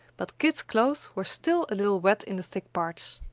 but kit's clothes were still a little wet in the parts.